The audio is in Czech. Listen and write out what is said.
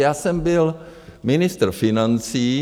Já jsem byl ministr financí.